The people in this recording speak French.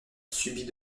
subit